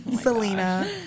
Selena